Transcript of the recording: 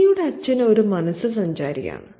മിനിയുടെ അച്ഛൻ ഒരു മനസ്സ് സഞ്ചാരിയാണ്